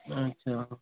ଆଚ୍ଛା ହେଉ